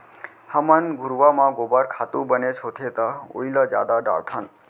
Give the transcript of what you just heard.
हमन घुरूवा म गोबर खातू बनेच होथे त ओइला जादा डारथन